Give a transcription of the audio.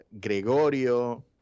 Gregorio